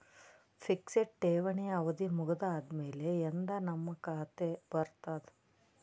Fixed ಠೇವಣಿ ಅವಧಿ ಮುಗದ ಆದಮೇಲೆ ಎಂದ ನಮ್ಮ ಖಾತೆಗೆ ಬರತದ?